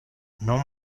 non